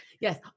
Yes